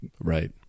right